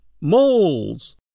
MOLES